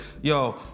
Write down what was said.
Yo